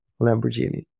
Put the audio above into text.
Lamborghini